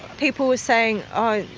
people were saying oh,